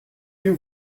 you